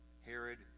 Herod